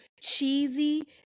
cheesy